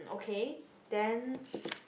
okay then